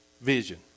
vision